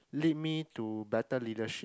lead me to better leadership